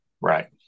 right